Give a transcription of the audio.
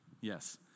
Yes